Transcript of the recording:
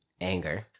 anger